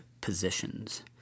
positions